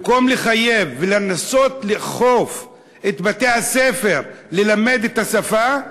במקום לחייב ולנסות לאכוף על בתי-הספר ללמד את השפה,